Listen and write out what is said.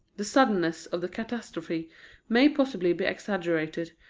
the suddenness of the catastrophe may possibly be exaggerated,